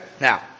Now